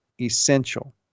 essential